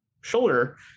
shoulder